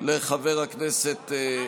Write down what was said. לחבר הכנסת גולן.